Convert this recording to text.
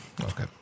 Okay